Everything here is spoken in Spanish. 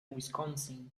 wisconsin